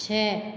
छः